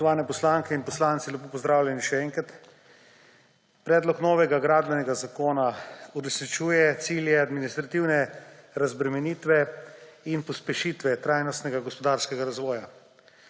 Spoštovani poslanke in poslanci, lepo pozdravljeni še enkrat! Predlog novega gradbenega zakona uresničuje cilje administrativne razbremenitve in pospešitve trajnostnega gospodarskega razvoja.